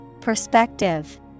Perspective